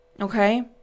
okay